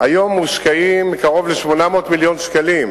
היום מושקעים קרוב ל-800 מיליון שקלים,